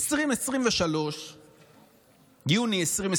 יוני 2023,